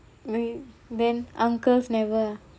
my then uncles never ah